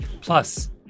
Plus